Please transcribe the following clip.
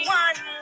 one